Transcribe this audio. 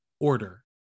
Order